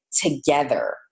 together